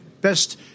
best